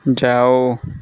जाओ